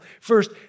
First